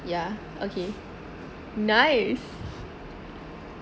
yeah okay nice